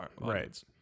right